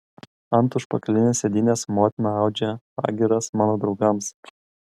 ant užpakalinės sėdynės motina audžia pagyras mano draugams